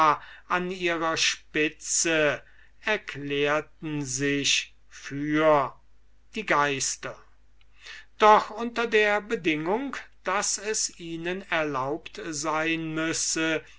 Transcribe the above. an ihrer spitze erklärten sich für die geister doch unter der bedingung daß es ihnen erlaubt sein müsse